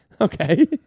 Okay